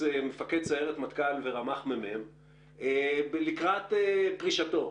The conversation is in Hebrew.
מפקד סיירת מטכ"ל ורמ"ח מ"מ לקראת פרישתו.